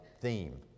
theme